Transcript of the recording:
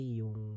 yung